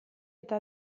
eta